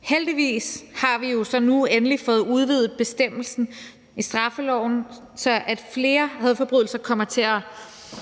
Heldigvis har vi jo så nu endelig fået udvidet bestemmelsen i straffeloven, så flere hadforbrydelser kommer til at blive